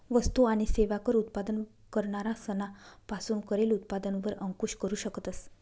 वस्तु आणि सेवा कर उत्पादन करणारा सना पासून करेल उत्पादन वर अंकूश करू शकतस